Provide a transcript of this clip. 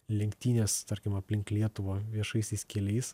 lenktynės tarkim aplink lietuvą viešaisiais keliais